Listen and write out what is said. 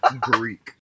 Greek